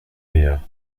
meer